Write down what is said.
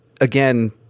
again